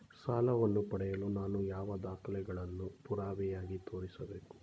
ಸಾಲವನ್ನು ಪಡೆಯಲು ನಾನು ಯಾವ ದಾಖಲೆಗಳನ್ನು ಪುರಾವೆಯಾಗಿ ತೋರಿಸಬೇಕು?